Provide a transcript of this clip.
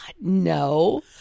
no